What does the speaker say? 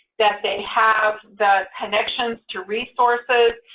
that they have the connections to resources,